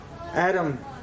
Adam